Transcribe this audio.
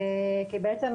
בעצם,